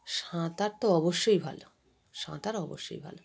সাঁতার তো অবশ্যই ভালো সাঁতার অবশ্যই ভালো